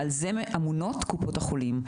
על זה אמונות קופות החולים.